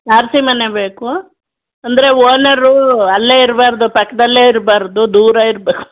ತಾರಸಿ ಮನೆ ಬೇಕು ಅಂದರೆ ಓನರು ಅಲ್ಲೇ ಇರಬಾರ್ದು ಪಕ್ಕದಲ್ಲೇ ಇರಬಾರ್ದು ದೂರ ಇರ್ಬೇಕು